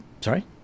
Sorry